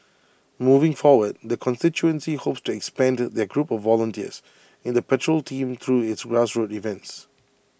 moving forward the constituency hopes to expand their group of volunteers in the patrol team through its grassroots events